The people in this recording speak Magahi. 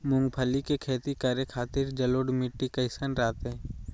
मूंगफली के खेती करें के खातिर जलोढ़ मिट्टी कईसन रहतय?